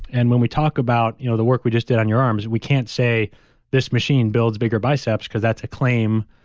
and when we talk about you know the work we just did on your arms, we can't say this machine builds bigger biceps, because that's a claim.